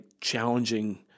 challenging